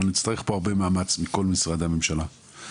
אבל נצטרך פה הרבה מאמץ מכל משרדי הממשלה.